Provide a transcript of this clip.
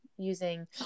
Using